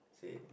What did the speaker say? same